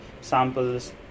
samples